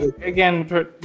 Again